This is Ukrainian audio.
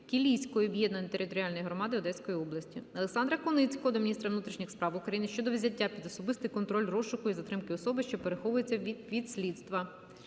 Кілійської об'єднаної територіальної громади Одеської області. Олександра Куницького до міністра внутрішніх справ України щодо взяття під особистий контроль розшуку і затримки особи, що переховується від слідства.